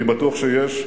אני בטוח שיש,